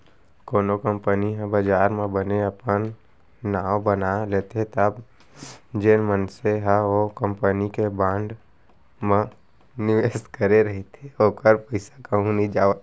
कोनो कंपनी ह बजार म बने अपन नांव बना लेथे तब जेन मनसे ह ओ कंपनी के बांड म निवेस करे रहिथे ओखर पइसा कहूँ नइ जावय